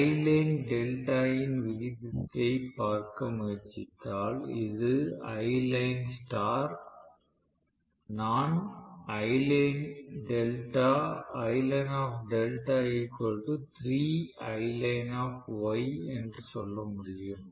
Iline delta இன் விகிதத்தைப் பார்க்க முயற்சித்தால் இது Ilinestar நான் என்று சொல்ல முடியும்